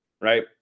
Right